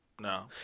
no